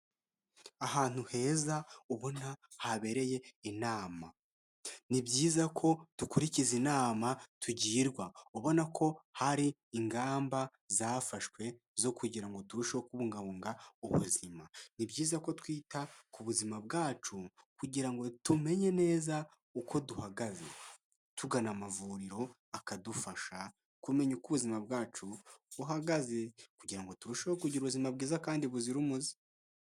Ahantu heza ubona habereye inama. Ni byiza ko dukurikiza inama tugirwa, ubona ko hari ingamba zafashwe zo kugira ngo turusheho kubungabunga ubuzima. Ni byiza ko twita ku buzima bwacu kugira ngo tumenye neza uko duhagaze, tugana amavuriro akadufasha kumenya uko ubuzima bwacu buhagaze, kugira ngo turusheho kugira ubuzima bwiza kandi buzira umuze.